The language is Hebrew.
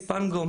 פנגו,